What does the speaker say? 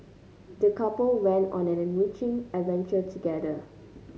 the couple went on an enriching adventure together